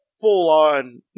full-on